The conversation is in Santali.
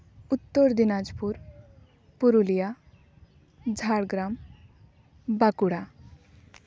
ᱩᱛᱛᱚᱨ ᱫᱤᱱᱟᱡᱽᱯᱩᱨ ᱯᱩᱨᱩᱞᱤᱭᱟᱹ ᱡᱷᱟᱲᱜᱨᱟᱢ ᱵᱟᱸᱠᱩᱲᱟ